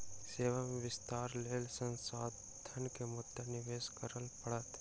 सेवा में विस्तारक लेल संस्थान के मुद्रा निवेश करअ पड़ल